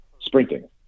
sprinting